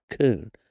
coon